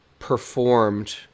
performed